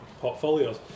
portfolios